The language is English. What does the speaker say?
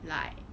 like